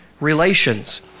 relations